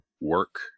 work